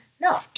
No